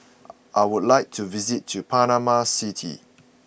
I would like to visit Panama City